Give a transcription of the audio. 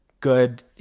good